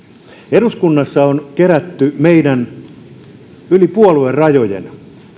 eduskunnassa on kerätty yli puoluerajojen